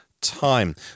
time